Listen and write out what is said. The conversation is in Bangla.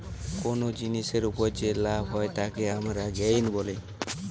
কুনো জিনিসের উপর যে লাভ হয় তাকে আমরা গেইন বলি